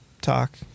talk